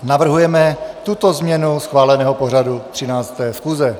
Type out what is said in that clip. Navrhujeme tuto změnu schváleného pořadu 13. schůze.